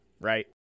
right